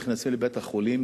נכנסים לבית-החולים,